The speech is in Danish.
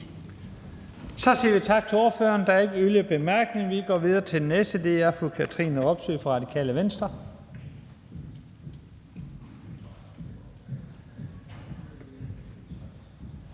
Så siger vi tak til ordføreren. Der er ikke yderligere bemærkninger, og vi går videre til den næste, og det er